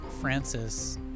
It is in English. Francis